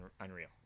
unreal